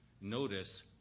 Notice